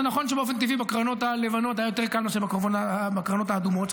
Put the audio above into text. זה נכון שבאופן טבעי בקרנות הלבנות היה יותר קל מאשר בקרנות האדומות,